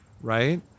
right